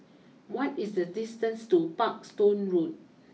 what is the distance to Parkstone Road